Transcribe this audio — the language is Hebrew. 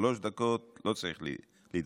שלוש דקות, לא צריך להתווכח.